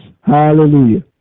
Hallelujah